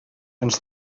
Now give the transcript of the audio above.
ens